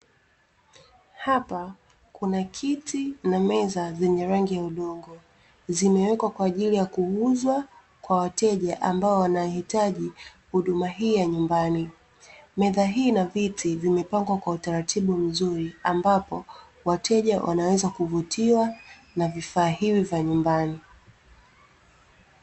Hapa kuna kiti na meza zenye rangi ya udongo, zimewekwa kwaajili ya kuuzwa kwa wateja ambao wanahitaji huduma hii ya nyumbani. Meza hii na viti vimepangwa kwa utaratibu mzuri, ambapo wateja wanaweza kuvutiwa na vifaa hivi vya nyumbani.